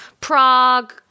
Prague